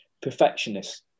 perfectionist